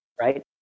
right